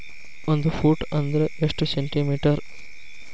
ಒಂದು ಫೂಟ್ ಅಂದ್ರ ಎಷ್ಟು ಸೆಂಟಿ ಮೇಟರ್?